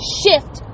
shift